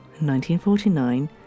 1949